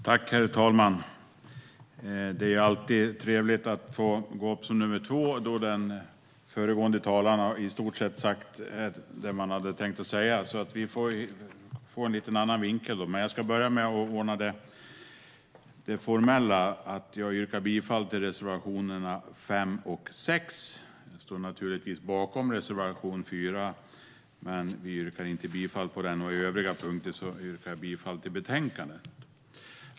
Herr talman! Det är alltid trevligt att gå upp som nummer två, då den föregående talaren har sagt i stort sett det man hade tänkt säga. Ni får helt enkelt en annan vinkel. Jag ska börja med det formella - att jag yrkar bifall till reservationerna 5 och 6. Jag står naturligtvis bakom reservation 4 men yrkar inte bifall till den. På övriga punkter yrkar jag bifall till förslaget i betänkandet.